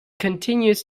continues